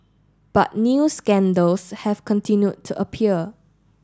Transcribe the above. but new scandals have continued to appear